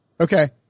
Okay